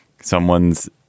someone's